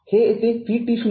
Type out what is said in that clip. हे येथे vt0आहे